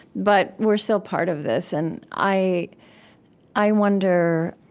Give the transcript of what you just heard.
but we're still part of this. and i i wonder,